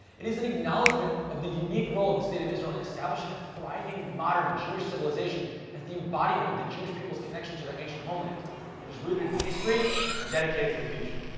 it is an acknowledgement of the unique role of the state of israel in establishing a thriving, modern jewish civilization as the embodiment of the jewish people's connection to their ancient homeland that is rooted in history and dedicated to the future.